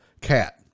cat